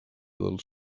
dels